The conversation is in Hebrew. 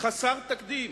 חסר תקדים,